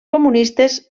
comunistes